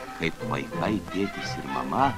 kaip vaikai tėtis ir mama